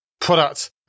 product